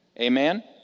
Amen